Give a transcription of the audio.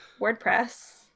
WordPress